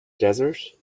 desert